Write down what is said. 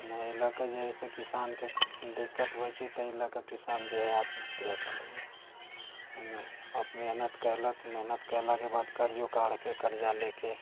एहि ले कऽ जे है किसानके दिक्कत होइ छै ताहि लऽ कऽ किसान जे है आत्महत्या कय लैया हुनक मेहनत कयलक मेहनत कयलाके बाद कहियो कालके कर्जा लेकऽ